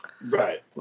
Right